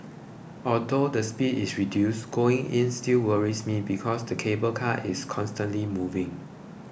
although the speed is reduced going in still worries me because the cable car is constantly moving